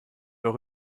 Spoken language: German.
eure